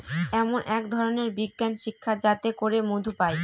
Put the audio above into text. এমন এক ধরনের বিজ্ঞান শিক্ষা যাতে করে মধু পায়